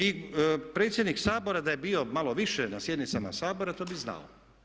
I predsjednik Sabora da je bio malo više na sjednicama Sabora to bi znao.